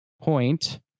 point